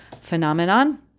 phenomenon